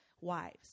wives